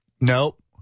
Nope